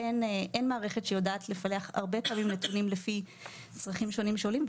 אין מערכת שיודעת הרבה פעמים לפלח נתונים לפי צרכים שונים שעולים.